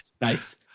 Nice